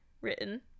written